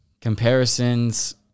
comparisons